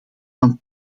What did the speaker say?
van